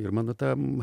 ir mano ta